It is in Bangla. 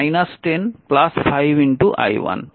সুতরাং 10 5i1